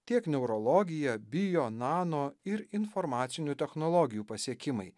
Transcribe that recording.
tiek neurologija bijo nano ir informacinių technologijų pasiekimai